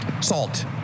Salt